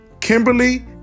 Kimberly